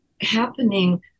happening